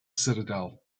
citadel